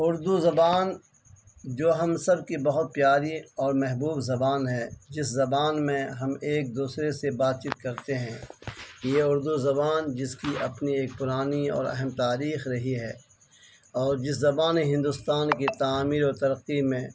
اردو زبان جو ہم سب کی بہت پیاری اور محبوب زبان ہے جس زبان میں ہم ایک دوسرے سے بات چیت کرتے ہیں یہ اردو زبان جس کی اپنی ایک پرانی اور اہم تاریخ رہی ہے اور جس زبان ہندوستان کی تعمیر اور ترقی میں